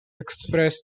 express